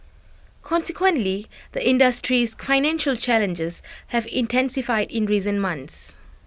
consequently the industry's financial challenges have intensified in recent months